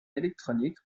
électronique